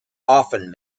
often